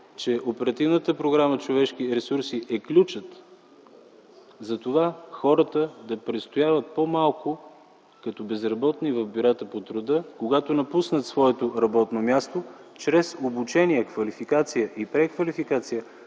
че Оперативната програма „Човешки ресурси” е ключът хората да престояват по-малко като безработни в бюрата по труда, когато напуснат своето работно място, и чрез обучение, квалификация и преквалификация